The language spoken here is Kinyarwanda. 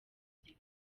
muzika